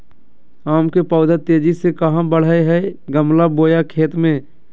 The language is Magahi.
आम के पौधा तेजी से कहा बढ़य हैय गमला बोया खेत मे?